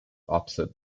opposite